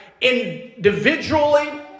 individually